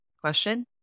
question